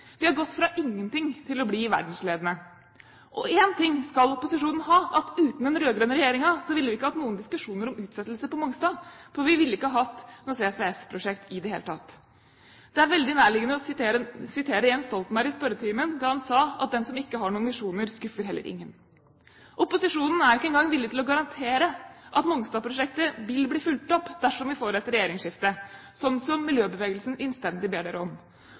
Vi har gått fra ingenting til å bli verdensledende. Én ting skal opposisjonen ha: Uten den rød-grønne regjeringen ville vi ikke hatt noen diskusjoner om utsettelse på Mongstad, for vi ville ikke hatt noe CCS-prosjekt i det hele tatt. Det er veldig nærliggende å nevne at Jens Stoltenberg i spørretimen sa at den som ikke har noen visjoner, skuffer heller ingen. Opposisjonen er ikke engang villig til å garantere at Mongstad-prosjektet vil bli fulgt opp dersom vi får et regjeringsskifte, sånn som miljøbevegelsen innstendig ber dem om.